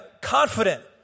confident